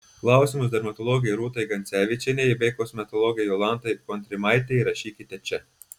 klausimus dermatologei rūtai gancevičienei bei kosmetologei jolantai kontrimaitei rašykite čia